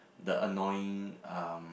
the annoying um